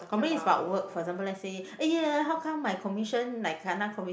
complain is about work for example let's say !aiya! how come my commission like kena